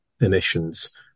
emissions